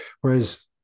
whereas